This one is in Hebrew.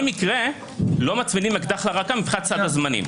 ובכל מקרה לא מצמידים אקדח לרכה מבחינת סד הזמנים.